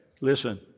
Listen